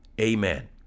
Amen